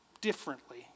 differently